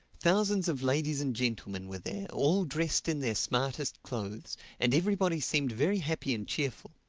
thousands of ladies and gentlemen were there, all dressed in their smartest clothes and everybody seemed very happy and cheerful.